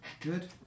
Good